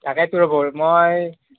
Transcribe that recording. তাকেতো ৰ'ব মই